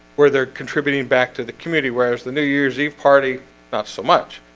where they're contributing back to the community. whereas the new year's eve party not so much